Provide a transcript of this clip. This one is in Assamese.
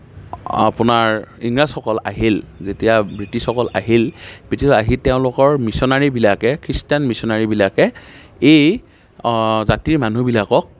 আপোনাৰ ইংৰাজসকল আহিল যেতিয়া ব্ৰিটিছসকল আহিল ব্ৰিটিছ আহি তেওঁলোকৰ মিছনেৰীবিলাকে খ্ৰীষ্টান মিছনেৰীবিলাকে এই জাতিৰ মানুহবিলাকক